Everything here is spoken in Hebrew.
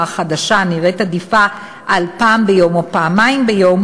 החדשה נראית עדיפה על פעם ביום או על פעמיים ביום,